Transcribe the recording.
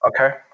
okay